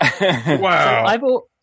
wow